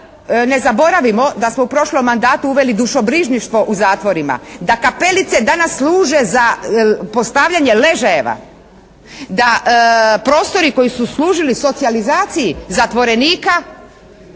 ne zaboravimo da smo u prošlom mandatu uveli dušobrižništvo u zatvorima, da kapelice danas služe za postavljanje ležajeva, da prostori koji su služili socijalizaciji zatvorenika